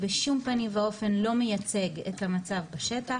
בשום פנים ואופן לא מייצג את המצב בשטח,